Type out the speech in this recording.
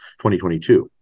2022